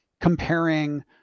comparing